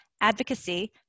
advocacy